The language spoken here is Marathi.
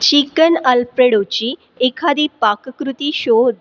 चिकन अल्फ्रेडोची एखादी पाककृती शोध